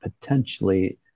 potentially